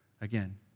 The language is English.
again